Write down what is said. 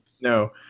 no